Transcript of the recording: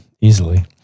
easily